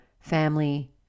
family